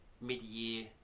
mid-year